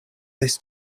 this